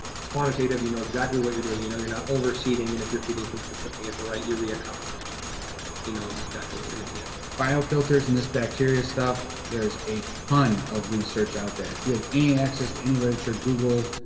it's quantitative, you know exactly what you're doing. you know you're not over seeding, and if you're feeding consistently at the right urea concentration, then you know exactly what you're gonna get. biofilters and this bacteria stuff, there's a ton of research out there. if you have any access to any literature, google,